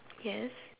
yes